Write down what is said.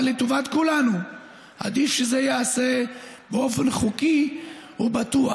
אבל לטובת כולנו עדיף שזה ייעשה באופן חוקי ובטוח.